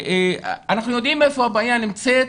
אנחנו יודעים איפה הבעיה נמצאת.